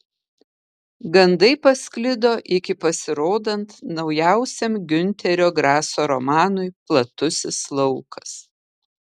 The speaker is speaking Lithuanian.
gandai pasklido iki pasirodant naujausiam giunterio graso romanui platusis laukas